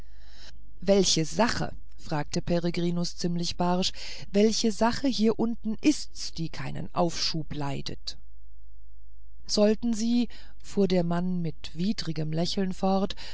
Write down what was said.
welche sache fragte peregrinus ziemlich barsch welche sache hier unten ist's die keinen aufschub leidet sollten sie fuhr der mann mit widrigem lächeln fort